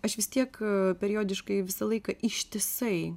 aš vis tiek periodiškai visą laiką ištisai